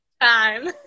time